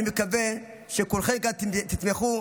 אני מקווה שכולכם כאן תתמכו,